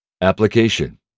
Application